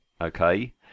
okay